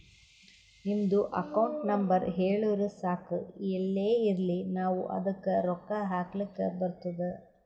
ನಿಮ್ದು account number ಹೇಳುರು ಸಾಕ್ ಎಲ್ಲೇ ಇರ್ಲಿ ನಾವೂ ಅದ್ದುಕ ರೊಕ್ಕಾ ಹಾಕ್ಲಕ್ ಬರ್ತುದ್